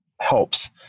helps